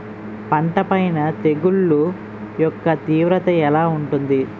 పంట పైన తెగుళ్లు యెక్క తీవ్రత ఎలా ఉంటుంది